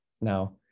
now